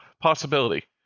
possibility